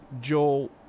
Joel